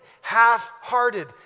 half-hearted